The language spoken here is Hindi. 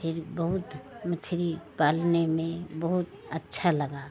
फिर बहुत मछली पालने में बहुत अच्छा लगा